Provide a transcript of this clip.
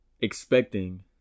expecting